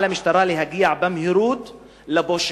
על המשטרה להגיע במהירות לפושעים.